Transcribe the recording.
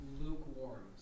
lukewarm